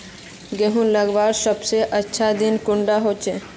गहुम लगवार सबसे अच्छा दिन कुंडा होचे?